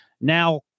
Now